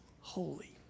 holy